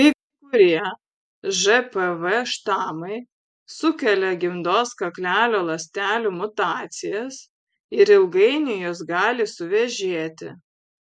kai kurie žpv štamai sukelia gimdos kaklelio ląstelių mutacijas ir ilgainiui jos gali suvėžėti